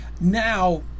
Now